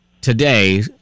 today